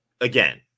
again